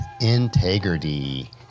integrity